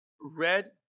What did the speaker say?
Red